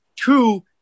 Two